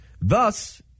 Thus